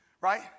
right